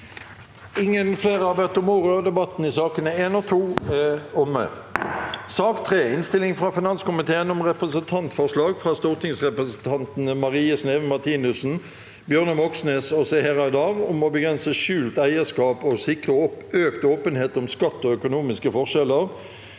i sak nr. 3, debattert 23. mars 2023 Innstilling fra finanskomiteen om Representantforslag fra stortingsrepresentantene Marie Sneve Martinussen, Bjørnar Moxnes og Seher Aydar om å begrense skjult eierskap og sikre økt åpenhet om skatt og økonomiske forskjeller